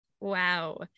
Wow